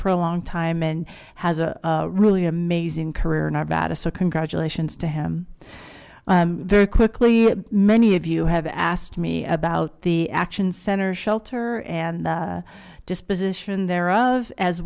for a long time and has a really amazing career in arvada so congratulations to him very quickly many of you have asked me about the action center shelter and disposition thereof as